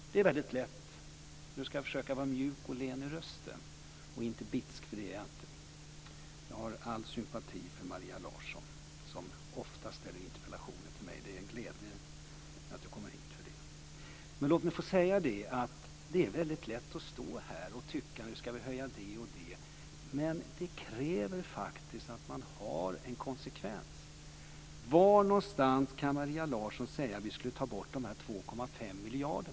Jag har all sympati för Maria Larsson, som ofta ställer interpellationer till mig. Det är en glädje att komma hit och svara på dem. Låt mig få säga att det är väldigt lätt att stå här och tycka att vi ska höja det och det, men det kräver faktiskt att man är konsekvent. Kan Maria Larsson säga var någonstans vi skulle ta bort dessa 2,5 miljarder?